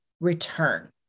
return